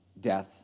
death